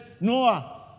Noah